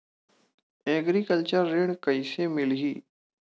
Agriculture ऋण कइसे मिलही?